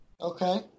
Okay